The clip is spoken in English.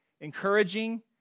encouraging